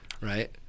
right